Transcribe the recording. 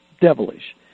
devilish